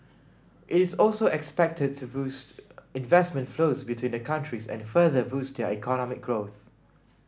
it is also expected to boost investment flows between the countries and further boost their economic growth